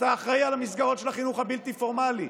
אתה אחראי למסגרות של החינוך הבלתי-פורמלי,